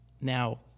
Now